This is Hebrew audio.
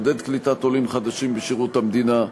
לעודד קליטת עולים חדשים בשירות המדינה.